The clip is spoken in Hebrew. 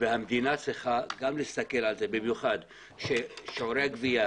המדינה צריכה להסתכל גם על זה במיוחד ששיעורי הגבייה